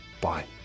Bye